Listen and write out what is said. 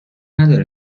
نداره